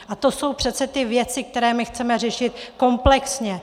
A to jsou přece ty věci, které my chceme řešit komplexně.